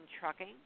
Trucking